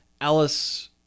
Alice